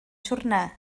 siwrne